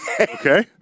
Okay